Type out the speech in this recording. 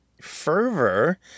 Fervor